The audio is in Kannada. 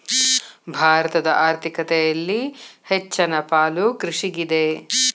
ಭಾರತದ ಆರ್ಥಿಕತೆಯಲ್ಲಿ ಹೆಚ್ಚನ ಪಾಲು ಕೃಷಿಗಿದೆ